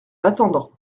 attendant